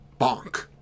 Bonk